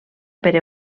per